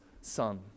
son